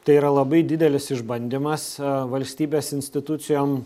tai yra labai didelis išbandymas valstybės institucijom